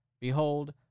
Behold